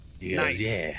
Nice